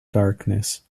darkness